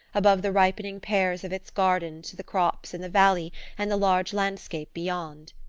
above the ripening pears of its gardens to the crops in the valley and the large landscape beyond.